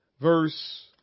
verse